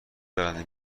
برنده